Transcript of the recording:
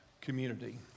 community